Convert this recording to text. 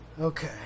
Okay